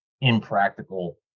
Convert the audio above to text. impractical